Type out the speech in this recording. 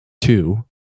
two